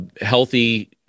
healthy